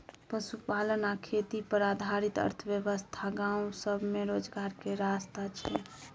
पशुपालन आ खेती पर आधारित अर्थव्यवस्था गाँव सब में रोजगार के रास्ता छइ